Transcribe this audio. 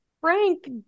Frank